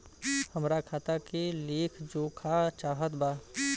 हमरा खाता के लेख जोखा चाहत बा?